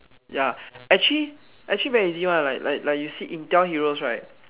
ya actually actually very easy one like like you see intel heroes right